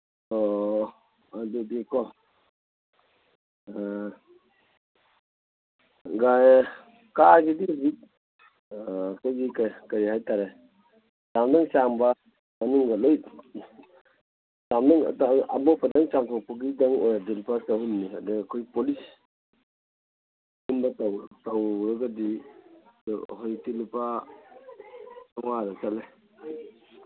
ꯑꯣ ꯑꯗꯨꯗꯤꯀꯣ ꯀꯥꯔꯒꯤꯗꯤ ꯍꯧꯖꯤꯛ ꯑꯩꯈꯣꯏꯒꯤ ꯀꯔꯤ ꯍꯥꯏ ꯇꯥꯔꯦ ꯆꯥꯝꯗꯪ ꯆꯥꯝꯕ ꯃꯅꯨꯡꯒ ꯂꯣꯏꯅ ꯑꯃꯣꯠꯄꯗꯪ ꯆꯥꯝꯊꯣꯛꯄꯒꯤꯗꯪ ꯑꯣꯏꯔꯗꯤ ꯂꯨꯄꯥ ꯆꯍꯨꯝꯅꯤ ꯑꯗ ꯑꯩꯈꯣꯏ ꯄꯣꯂꯤꯁ ꯀꯨꯝꯕ ꯇꯧꯔꯒꯗꯤ ꯍꯧꯖꯤꯛꯇꯤ ꯂꯨꯄꯥ ꯆꯥꯝꯃꯉꯥꯗ ꯆꯠꯂꯦ